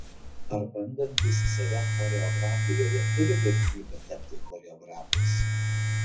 ar bandantys save choreografijoje turi galimybę tapti choreografais